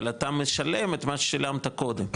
אבל אתה משלם את מה ששילמת קודם,